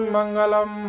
Mangalam